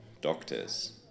doctors